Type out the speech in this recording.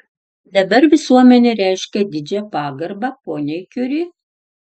dabar visuomenė reiškia didžią pagarbą poniai kiuri